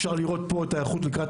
אפשר לראות את ההיערכות לקראת